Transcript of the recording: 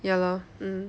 ya lor mm